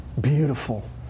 Beautiful